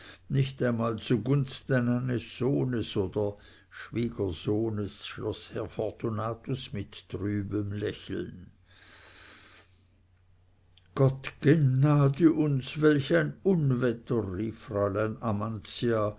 nicht einmal zugunsten eines sohnes oder schwiegersohnes schloß herr fortunatus mit trübem lächeln gott genade uns welch ein unwetter rief fräulein amantia